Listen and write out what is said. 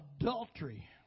adultery